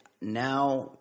Now